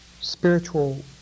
spiritual